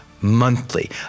Monthly